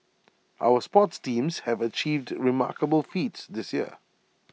our sports teams have achieved remarkable feats this year